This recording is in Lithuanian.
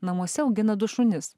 namuose augina du šunis